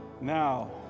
Now